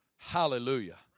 Hallelujah